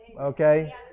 Okay